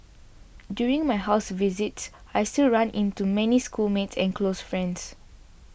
during my house visits I still run into many schoolmates and close friends